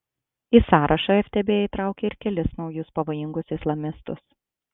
į sąrašą ftb įtraukė ir kelis naujus labai pavojingus islamistus